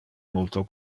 multo